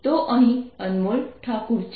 તો અહીં અનમોલ ઠાકુર છે